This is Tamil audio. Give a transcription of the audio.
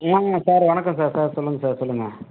ஏங்க சார் வணக்கம் சார் சார் சொல்லுங்கள் சார் சொல்லுங்கள்